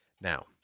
Now